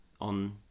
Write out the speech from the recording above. on